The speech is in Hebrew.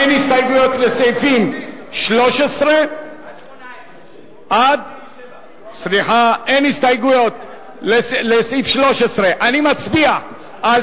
אין הסתייגויות לסעיף 13. אני מצביע על